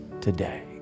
today